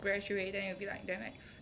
graduate then it will be like damn ex